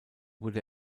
wurde